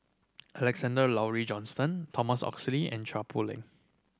Alexander Laurie Johnston Thomas Oxley and Chua Poh Leng